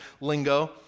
lingo